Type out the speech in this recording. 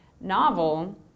novel